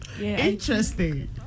Interesting